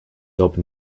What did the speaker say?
open